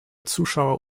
zuschauer